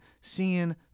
seeing